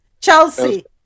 Chelsea